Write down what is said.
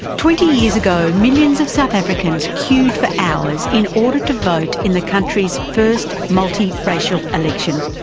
twenty years ago millions of south africans queued for hours in order to vote in the country's first multiracial election.